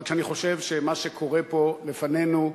רק שאני חושב שמה שקורה פה לפנינו,